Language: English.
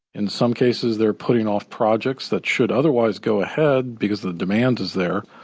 in some cases they're putting off projects that should otherwise go ahead because the demand is there,